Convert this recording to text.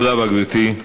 תודה רבה, גברתי.